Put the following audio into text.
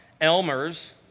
Elmer's